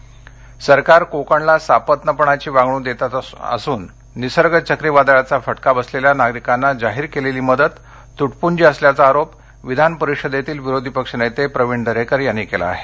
दुरेकर सरकार कोकणला सापत्नपणाची वागणूक देत असून निसर्ग चवादळाचा फटका बसलेल्या नागरिकांना जाहीर केलेली मदत तुटपूंजी असल्याचा आरोप विधान परिषदेतील विरोधी पक्ष नेते प्रवीण दरेकर यांनी केला आहे